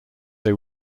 they